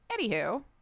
Anywho